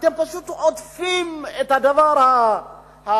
אתם פשוט עוטפים את הדבר הזה